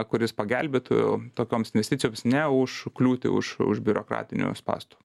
kuris pagelbėtų tokioms investicijoms neužkliūti už už biurokratinių spąstų